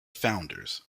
founders